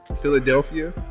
Philadelphia